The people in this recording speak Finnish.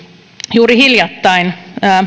juuri hiljattain